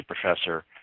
professor